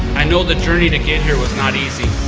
i know the journey to get here was not easy,